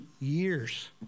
years